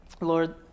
Lord